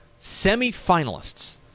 semifinalists